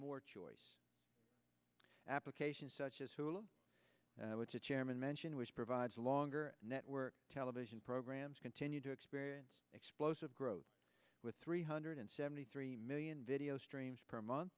more choice applications such as hulu which the chairman mentioned which provides longer network television programs continue to experience explosive growth with three hundred seventy three million video streams per month